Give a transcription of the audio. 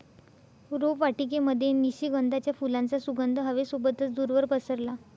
रोपवाटिकेमध्ये निशिगंधाच्या फुलांचा सुगंध हवे सोबतच दूरवर पसरला